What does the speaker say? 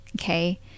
Okay